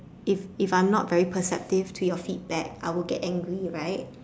if if I'm not perceptive to your feedback I would get angry right